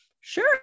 Sure